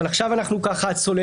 אבל עכשיו אנחנו צוללים